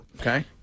Okay